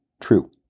True